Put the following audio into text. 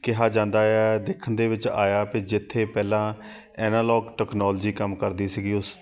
ਕਿਹਾ ਜਾਂਦਾ ਆ ਦੇਖਣ ਦੇ ਵਿੱਚ ਆਇਆ ਵੀ ਜਿੱਥੇ ਪਹਿਲਾਂ ਐਨਾਲੋਗ ਟੈਕਨੋਲੋਜੀ ਕੰਮ ਕਰਦੀ ਸੀਗੀ ਉਸ